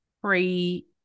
pre